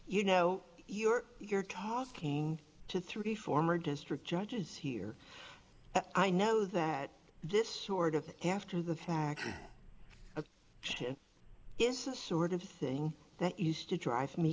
you know you're you're talking to three former district judges here i know that this sort of after the fact that is the sort of thing that used to drive me